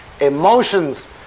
emotions